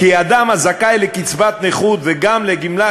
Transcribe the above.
כי אדם הזכאי לקצבת נכות וגם לגמלת